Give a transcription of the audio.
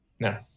No